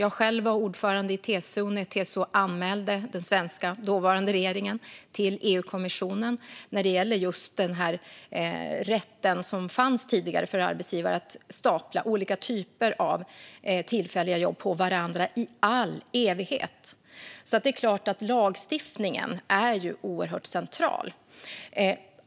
Jag var ordförande i TCO när TCO anmälde Sveriges dåvarande regering till EU-kommissionen när det gällde rätten som tidigare fanns för arbetsgivare att stapla olika typer av tillfälliga jobb på varandra i all evighet. Det är klart att lagstiftningen är oerhört central.